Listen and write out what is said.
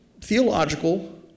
theological